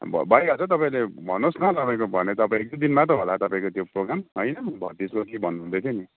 भ भइहालछ तपाईँले भन्नुहोस् न तपाईँको भने तपाईँको एक दुई दिनमा त होला तपाईँको त्यो प्रोग्राम होइन भतिजको के भन्नुहुँदैथ्यो नि